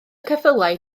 ceffylau